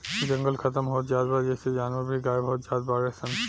जंगल खतम होत जात बा जेइसे जानवर भी गायब होत जात बाडे सन